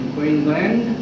Queensland